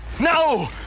No